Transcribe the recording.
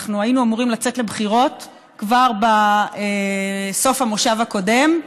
אנחנו היינו אמורים לצאת לבחירות כבר בסוף המושב הקודם,